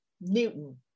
Newton